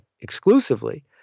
exclusively